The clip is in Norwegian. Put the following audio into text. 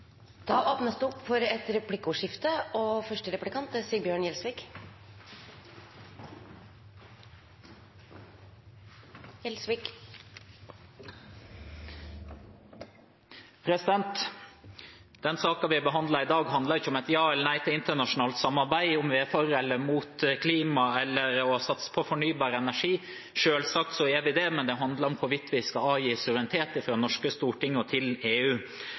Det blir replikkordskifte. Saken vi behandler i dag, handler ikke om et ja eller et nei til internasjonalt samarbeid, om vi er for eller imot klima eller å satse på fornybar energi. Selvsagt er vi for det, men dette handler om hvorvidt det norske storting skal avgi suverenitet til EU. Som representanten var innom i sitt innlegg, har Venstre en historie med å sikre nasjonal styring og